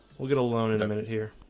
we'll get alone in a minute here